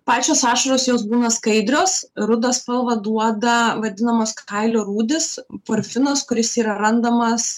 pačios ašaros jos būna skaidrios rudą spalvą duoda vadinamas kailio rūdis porfinas kuris yra randamas